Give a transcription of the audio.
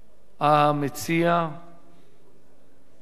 להסכמת המציע.